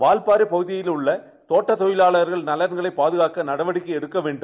வால்பாறை பகுதியில் உள்ள தோட்டத் தொழிலாளர்களின் நலன்களை பாதுகாக்க நடவடிக்கை எடுக்க வேண்டும்